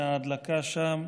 מההדלקה שם,